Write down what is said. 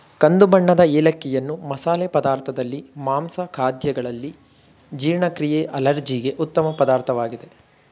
ಕಂದು ಬಣ್ಣದ ಏಲಕ್ಕಿಯನ್ನು ಮಸಾಲೆ ಪದಾರ್ಥದಲ್ಲಿ, ಮಾಂಸ ಖಾದ್ಯಗಳಲ್ಲಿ, ಜೀರ್ಣಕ್ರಿಯೆ ಅಲರ್ಜಿಗೆ ಉತ್ತಮ ಪದಾರ್ಥವಾಗಿದೆ